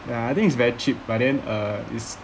ya I think it's very cheap but then uh it's